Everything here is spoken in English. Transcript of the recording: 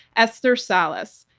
esther salas,